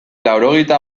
laurogeita